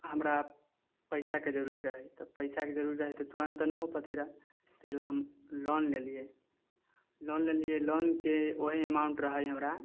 हमरा पैसाके जरूरी रहै तऽ पैसाके जरुरी रहै तऽ तुरन्त ना हो पयतै रहए ताहिलेल हम लोन लेलियै लोन लेलियै लोनके ओही अमाउण्ट रहै हमरा